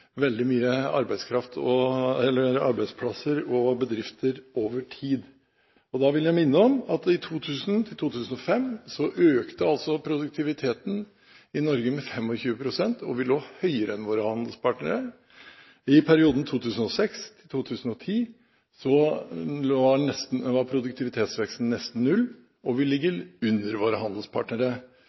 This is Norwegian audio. arbeidsplasser og bedrifter over tid. Jeg vil minne om at i perioden 2000–2005 økte altså produktiviteten i Norge med 25 pst., og vi lå høyere enn våre handelspartnere. I perioden 2006–2010 var produktivitetsveksten nesten null, og vi ligger under våre handelspartnere.